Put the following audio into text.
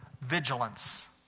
vigilance